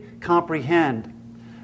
comprehend